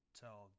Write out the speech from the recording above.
tell